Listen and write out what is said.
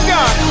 God